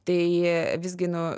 tai visgi nu